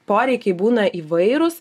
poreikiai būna įvairūs